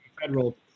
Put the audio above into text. Federal